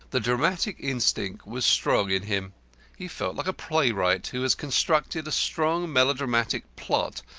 the dramatic instinct was strong in him he felt like a playwright who has constructed a strong melodramatic plot,